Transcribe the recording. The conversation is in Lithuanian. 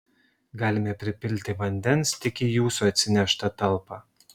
galime pripilti vandens tik į jūsų atsineštą talpą